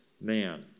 man